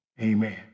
amen